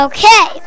Okay